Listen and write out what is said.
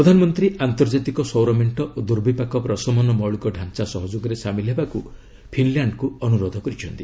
ପ୍ରଧାନମନ୍ତ୍ରୀ ଆନ୍ତର୍ଜାତିକ ସୌର ମେଣ୍ଟ ଓ ଦୁର୍ବିପାକ ପ୍ରଶମନ ମୌଳିକ ଢାଞ୍ଚା ସହଯୋଗରେ ସାମିଲ ହେବାକୁ ଫିନ୍ଲାଣ୍ଡକୁ ଅନୁରୋଧ କରିଛନ୍ତି